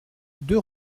deux